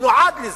הוא נועד לזה,